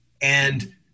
And-